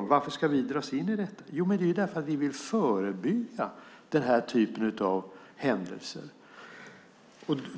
varför vi ska dras in i detta. Jo, det är därför att vi vill förebygga den här typen av händelser.